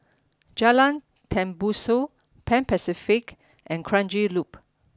Jalan Tembusu Pan Pacific and Kranji Loop